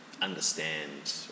understand